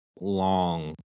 long